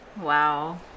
Wow